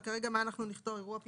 אבל השאלה היא מה נכתוב כרגע.